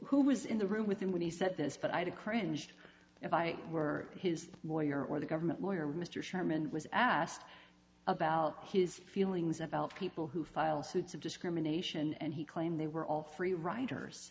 who was in the room with him when he said this but i do cringed if i were his lawyer or the government lawyer mr sherman was asked about his feelings about people who file suits of discrimination and he claimed they were all free riders